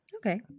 Okay